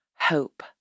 hope